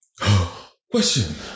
Question